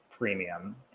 premium